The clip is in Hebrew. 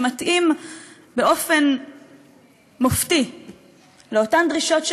שמתאים באופן מופתי לאותן דרישות,